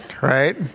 right